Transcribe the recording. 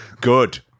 Good